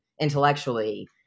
intellectually